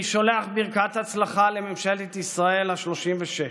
אני שולח ברכת הצלחה לממשלת ישראל השלושים-ושש,